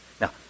Now